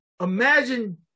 imagine